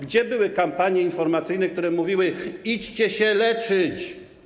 Gdzie były kampanie informacyjne, które mówiły: Idźcie się leczyć?